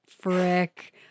frick